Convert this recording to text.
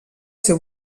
ser